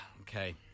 okay